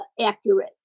accurate